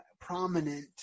prominent